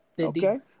Okay